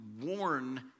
warn